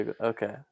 okay